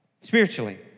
spiritually